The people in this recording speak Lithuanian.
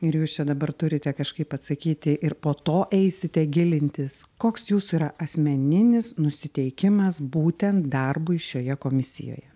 ir jūs čia dabar turite kažkaip atsakyti ir po to eisite gilintis koks jūsų yra asmeninis nusiteikimas būtent darbui šioje komisijoje